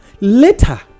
later